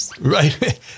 Right